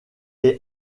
est